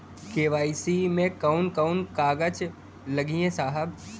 KYC मे कवन कवन कागज लगी ए साहब?